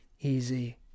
Easy